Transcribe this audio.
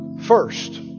first